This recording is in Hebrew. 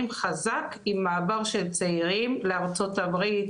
חזק עם מעבר של צעירים לארצות הברית,